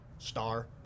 Star